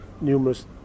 numerous